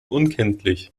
unkenntlich